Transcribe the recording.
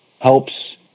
helps